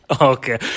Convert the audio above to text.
Okay